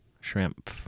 Shrimp